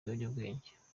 ibiyobyabwenge